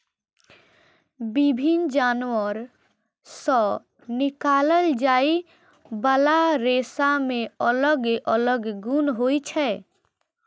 विभिन्न जानवर सं निकालल जाइ बला रेशा मे अलग अलग गुण होइ छै